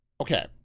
Okay